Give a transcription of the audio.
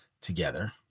together